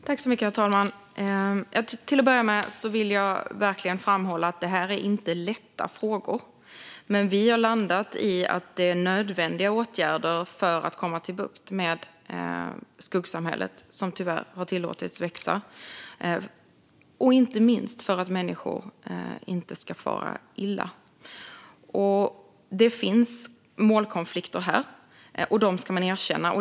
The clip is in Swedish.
Herr ålderspresident! Till att börja med vill jag verkligen framhålla att det här inte är lätta frågor, men regeringen har landat i att det är nödvändiga åtgärder för att få bukt med skuggsamhället som tyvärr har tillåtits växa och inte minst för att människor inte ska fara illa. Det finns målkonflikter, och dem ska man erkänna.